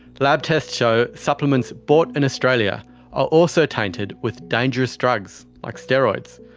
lab tests show supplements bought in australia are also tainted with dangerous drugs like steroids.